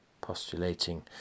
postulating